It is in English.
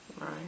right